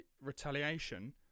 retaliation